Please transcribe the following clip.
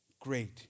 Great